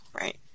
Right